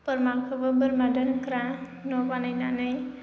बोरमाखौबो बोरमा दोनग्रा न' बानायनानै